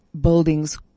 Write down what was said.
buildings